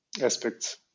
aspects